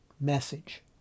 message